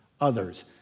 others